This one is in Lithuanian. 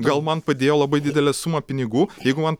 gal man padėjo labai didelę sumą pinigų jeigu man